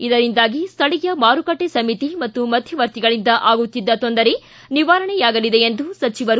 ಇದರಿಂದಾಗಿ ಸ್ಥಳೀಯ ಮಾರುಕಟ್ಟೆ ಸಮಿತಿ ಹಾಗೂ ಮಧ್ಯವರ್ತಿಗಳಿಂದ ಆಗುತ್ತಿದ್ದ ತೊಂದರೆ ನಿವಾರಣೆಯಾಗಲಿದೆ ಎಂದರು